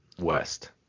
West